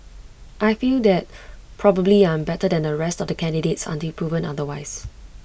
I feel that probably I am better than the rest of the candidates until proven otherwise